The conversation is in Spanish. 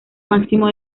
máximo